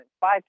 five